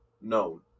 No